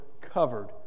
covered